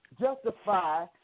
justify